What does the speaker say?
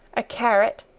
a carrot,